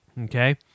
Okay